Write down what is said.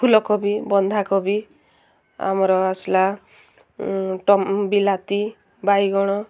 ଫୁଲକୋବି ବନ୍ଧାକୋବି ଆମର ଆସିଲା ବିଲାତି ବାଇଗଣ